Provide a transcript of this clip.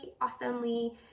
awesomely